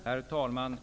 Herr talman!